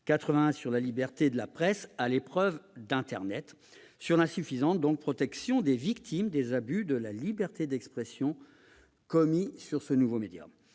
1881 sur la liberté de la presse à l'épreuve d'internet »: l'insuffisante protection des victimes des abus de la liberté d'expression commis sur ce nouveau média.